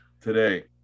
today